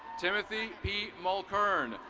timothy e molcan,